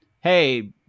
hey